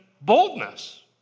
Boldness